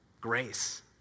Grace